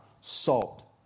salt